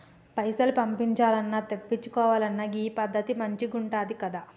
పైసలు పంపించాల్నన్నా, తెప్పిచ్చుకోవాలన్నా గీ పద్దతి మంచిగుందికదా